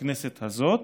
בכנסת הזאת